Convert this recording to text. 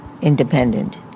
independent